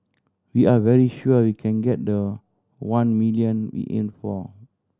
we are very sure we can get the one million we aim for